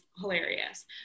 hilarious